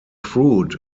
fruit